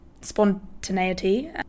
spontaneity